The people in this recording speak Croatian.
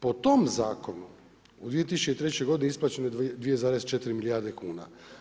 Po tom zakonu u 2003. godini isplaćeno je 2,4 milijarde kuna.